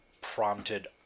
prompted